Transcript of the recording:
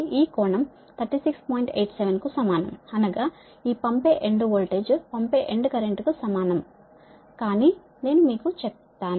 87 కు సమానం అనగా ఈ పంపే ఎండ్ వోల్టేజ్ పంపే ఎండ్ కరెంట్ కు సమానం కానీ నేను మీకు చెప్తాను